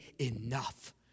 Enough